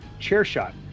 CHAIRSHOT